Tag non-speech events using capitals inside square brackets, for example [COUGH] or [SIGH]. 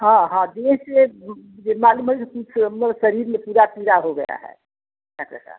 हाँ हाँ देर से जे मालूम होई [UNINTELLIGIBLE] शरीर में चूरा चूरा हो गया है डाक्टर साहब